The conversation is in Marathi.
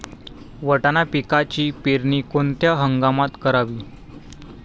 वाटाणा पिकाची पेरणी कोणत्या हंगामात करावी?